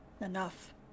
enough